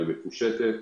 היא מפושטת